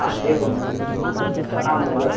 हा एवम् आम् महोदय